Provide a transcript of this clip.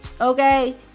Okay